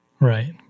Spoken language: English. Right